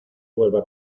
vuelva